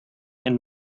and